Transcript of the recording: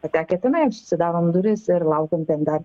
patekę tenai jau susidarom duris ir laukiam dar